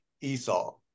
esau